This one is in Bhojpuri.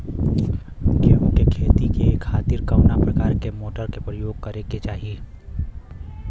गेहूँ के खेती के खातिर कवना प्रकार के मोटर के प्रयोग करे के चाही?